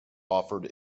offered